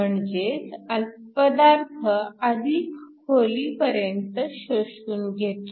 म्हणजेच पदार्थ अधिक खोलीपर्यंत शोषून घेतो